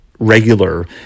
regular